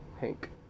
Hank